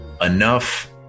enough